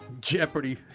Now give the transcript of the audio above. Jeopardy